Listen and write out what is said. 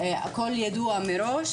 הכול ידוע מראש.